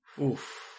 Oof